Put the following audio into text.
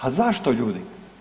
A zašto ljudi?